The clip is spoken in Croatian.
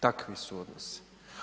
Takvi su odnosi.